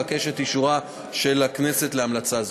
אבקש את אישורה של הכנסת להמלצה זו.